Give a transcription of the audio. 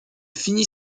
finit